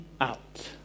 out